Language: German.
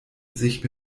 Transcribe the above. sich